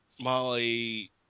Molly